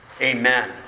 Amen